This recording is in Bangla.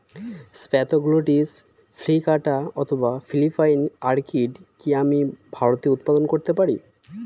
স্প্যাথোগ্লটিস প্লিকাটা অথবা ফিলিপাইন অর্কিড কি আমি ভারতে উৎপাদন করতে পারবো?